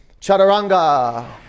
Chaturanga